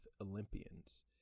Olympians